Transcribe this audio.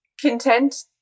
content